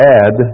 add